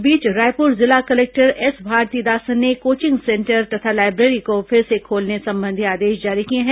इस बीच रायपुर जिला कलेक्टर एस भारतीदासन ने कोचिंग सेंटर तथा लाइब्रेरी को फिर से खोलने संबंधी आदेश जारी किए हैं